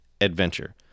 adventure